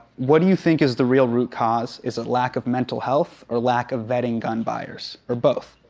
what do you think is the real root cause? is it lack of mental health or lack of vetting gun buyers? or both?